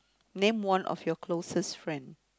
name one of your closest friend